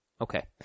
Okay